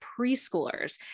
preschoolers